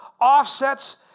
offsets